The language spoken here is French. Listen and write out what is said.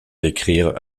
décrire